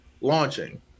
launching